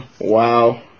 Wow